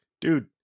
dude